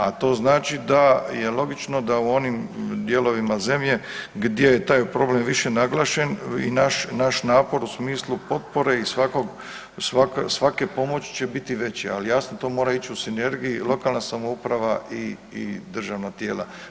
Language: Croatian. A to znači je logično da u onim dijelovima zemlje gdje je taj problem više naglašen i naš napor u smislu potpore i svakog, svake pomoći će biti veći, ali jasno to mora ići u sinergiji lokalna samouprava i državna tijela.